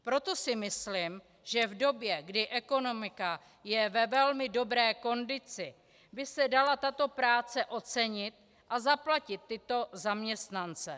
Proto si myslím, že v době, kdy ekonomika je ve velmi dobré kondici, by se dala tato práce ocenit a zaplatit tyto zaměstnance.